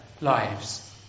lives